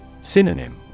Synonym